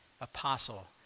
apostle